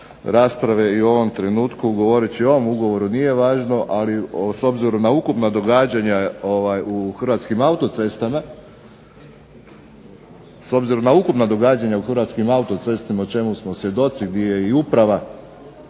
rasprave i u ovom trenutku govoreći o ovom ugovoru nije važno. Ali s obzirom na ukupna događanja u Hrvatskim autocestama, s obzirom na ukupna događanja u Hrvatskim autocestama o čemu smo svjedoci di je i uprava,